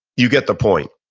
you get the point.